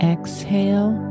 Exhale